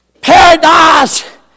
Paradise